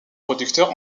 producteurs